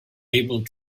able